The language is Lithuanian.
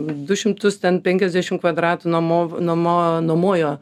du šimtus ten penkiasdešim kvadratų namo namo nuomojo